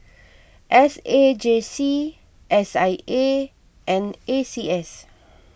S A J C S I A and A C S